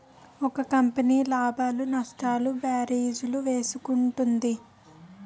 ఒక కంపెనీ లాభాలు నష్టాలు భేరీజు వేసుకుంటుంది